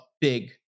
big